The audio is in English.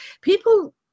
people